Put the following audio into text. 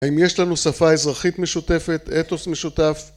האם יש לנו שפה אזרחית משותפת, אתוס משותף?